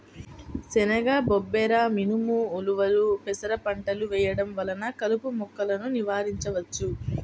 శనగ, బబ్బెర, మినుము, ఉలవలు, పెసర పంటలు వేయడం వలన కలుపు మొక్కలను నివారించవచ్చు